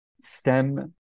stem